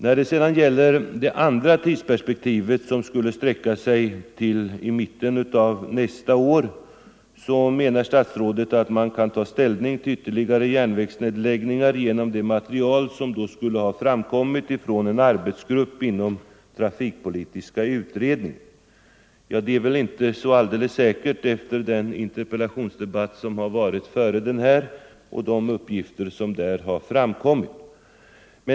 När det sedan gäller det andra tidsperspektivet, som skulle sträcka sig till mitten av nästa år, menar statsrådet att man kan ta ställning till ytterligare järnvägsnedläggningar genom det material som då skulle ha redovisats av en arbetsgrupp inom trafikpolitiska utredningen. Det är väl inte så alldeles säkert efter den interpellationsdebatt som ägt rum före denna och de uppgifter som där framkommit.